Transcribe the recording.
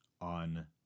on